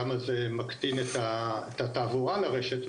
כמה זה מקטין את התעבורה לרשת.